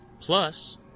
Plus